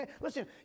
listen